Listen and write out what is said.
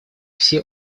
все